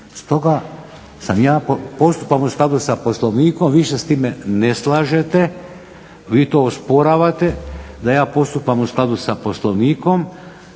stoga ja postupam u skladu s Poslovnikom, vi se s time ne slažete vi to osporavate da ja postupam u skladu sa Poslovnikom,